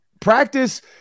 practice